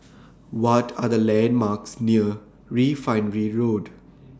What Are The landmarks near Refinery Road